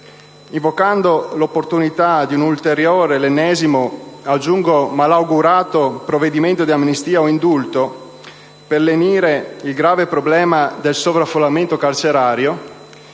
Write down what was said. invocando l'opportunità di un ulteriore - l'ennesimo e, aggiungo, malaugurato - provvedimento di amnistia o indulto per lenire il grave problema del sovraffollamento carcerario,